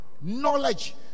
Knowledge